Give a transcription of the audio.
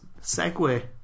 segue